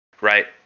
right